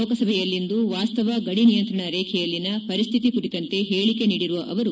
ಲೋಕಸಭೆಯಲ್ಲಿಂದು ವಾಸ್ತವ ಗಡಿ ನಿಯಂತ್ರಣ ರೇಖೆಯಲ್ಲಿನ ಪರಿಸ್ಥಿತಿ ಕುರಿತಂತೆ ಹೇಳಕೆ ನೀಡಿರುವ ಅವರು